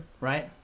Right